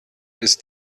ist